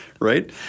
right